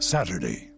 Saturday